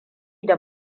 da